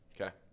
Okay